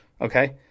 Okay